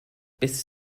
bis